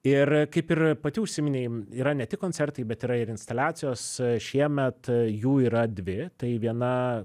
ir kaip ir pati užsiminei yra ne tik koncertai bet yra ir instaliacijos šiemet jų yra dvi tai viena